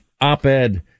op-ed